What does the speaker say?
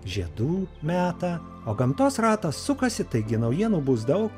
žiedų metą o gamtos ratas sukasi taigi naujienų bus daug